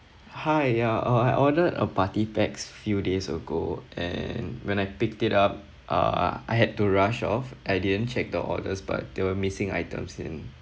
hi ya uh I ordered a party packs few days ago and when I picked it up uh I had to rush off I didn't check the orders but there were missing items in